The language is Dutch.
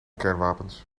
kernwapens